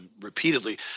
repeatedly –